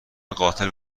قاتل